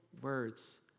words